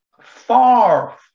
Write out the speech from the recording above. far